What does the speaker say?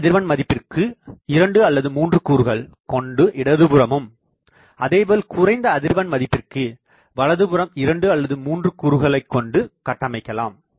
உயர் அதிர்வெண் மதிப்பிற்கு இரண்டு அல்லது 3 கூறுகள் கொண்டு இடதுபுறமும் அதேபோல் குறைந்த அதிர்வெண் மதிப்பிற்கு வலதுபுறம் 2 அல்லது 3 கூறுகளைக் கொண்டு கட்டமைக்கலாம்